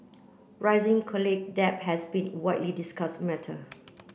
rising college debt has been widely discuss matter